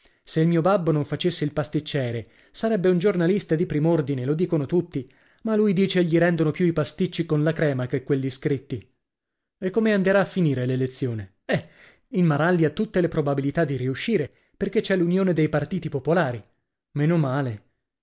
se il mio babbo non facesse il pasticciere sarebbe un giornalista di prim'ordine lo dicono tutti ma lui dice gli rendono più i pasticci con la crema che quelli scritti e come anderà a finire l'elezione eh il maralli ha tutte le probabilità di riuscire perché c'è l'unione dei partiti popolari